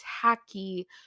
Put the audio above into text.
tacky